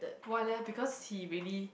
why leh because he really